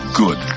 good